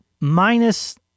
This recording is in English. minus